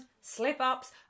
slip-ups